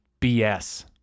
BS